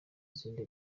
izindi